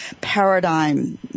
paradigm